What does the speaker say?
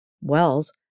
Wells